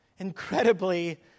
Incredibly